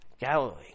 Galilee